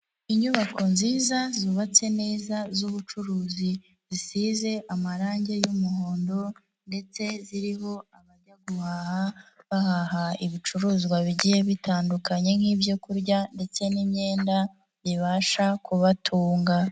Inyubako nziza zubatse neza z'ubucuruzi, zisize amarangi y'umuhondo ndetse ziriho abajya guhaha, bahaha ibicuruzwa bigiye bitandukanye nk'ibyokurya ndetse n'imyenda bibasha kubatunga.